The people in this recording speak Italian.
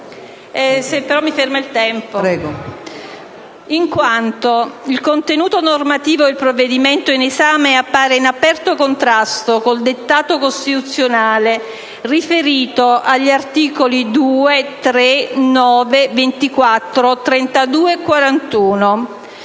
in quanto il contenuto normativo del provvedimento in esame appare in aperto contrasto col dettato costituzionale riferito agli articoli 2, 3, 9, 24, 32 e 41,